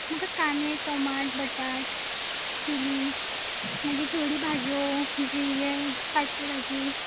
म्हाका कांदे टोमाट बटाट चिली मागी थोडी भाजयो बी यें भाजी